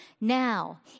Now